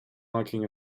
honking